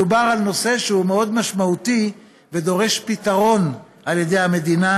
מדובר על נושא שהוא מאוד משמעותי ודורש פתרון על ידי המדינה,